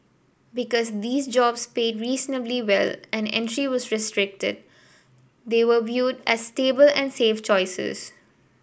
because these jobs paid reasonably well and entry was restricted they were viewed as stable and safe choices